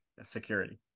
security